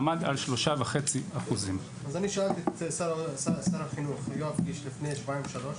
עמד על 3.5%. אני פניתי ליואב קיש לפני שבועיים או שלושה,